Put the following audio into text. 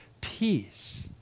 peace